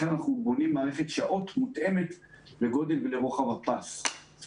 לכן אנחנו בונים מערכת שעות מותאמת לגודל ולרוחב הפס.